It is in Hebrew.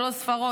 שלוש ספרות,